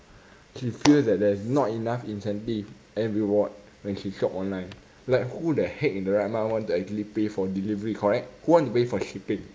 she feel that there's not enough incentive and reward when she shop online like who the heck in the right mind want to actually pay for delivery correct who want to pay for shipping